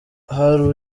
hari